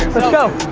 let's go,